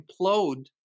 implode